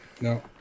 No